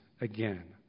again